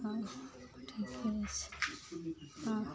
आब ठीक छै हँ